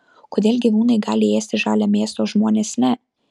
kodėl gyvūnai gali ėsti žalią mėsą o žmonės ne